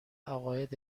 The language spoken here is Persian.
عقاید